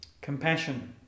Compassion